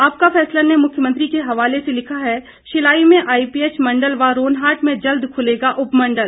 आपका फैसला ने मुख्यमंत्री के हवाले से लिखा है शिलाई में आईपीएच मंडल व रोनहाट में जल्द खुलेगा उपमंडल